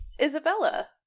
Isabella